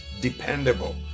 dependable